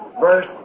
verse